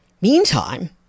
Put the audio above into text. Meantime